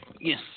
Yes